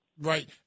Right